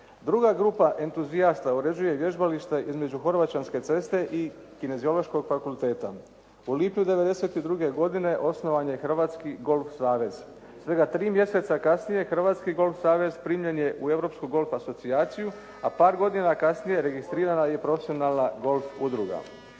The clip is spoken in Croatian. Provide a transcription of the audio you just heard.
Druga grupa entuzijasta uređuje vježbalište između Horvaćanske ceste i Kineziološkog fakulteta. U lipnju 1992. godine osnovan je Hrvatski golf savez. Svega 3 mjeseca kasnije Hrvatski golf savez primljen je u Europsku golf asocijaciju a par godina kasnije registrirana je profesionalna golf udruga.